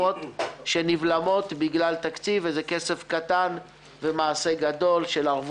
ואני מבקש את אורך הרוח